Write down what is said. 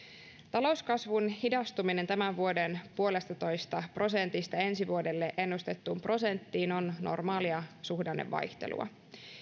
talouskasvun hidastuminen tämän vuoden yhdestä pilkku viidestä prosentista ensi vuodelle ennustettuun prosenttiin on normaalia suhdannevaihtelua